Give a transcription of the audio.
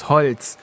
Holz